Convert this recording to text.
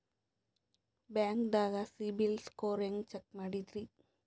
ಬ್ಯಾಂಕ್ದಾಗ CIBIL score ಹೆಂಗ್ check ಮಾಡದ್ರಿ?